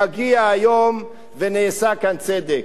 מגיע היום ונעשה כאן צדק.